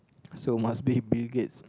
so must be Bill-Gates